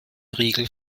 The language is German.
riegel